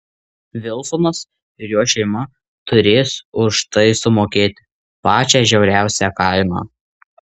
vilsonas ir jo šeima turės už tai sumokėti pačią žiauriausią kainą